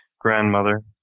grandmother